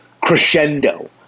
crescendo